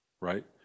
right